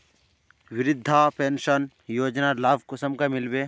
वृद्धा पेंशन योजनार लाभ कुंसम मिलबे?